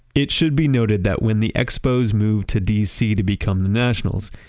it should be noted that when the expos moved to d c. to become the nationals,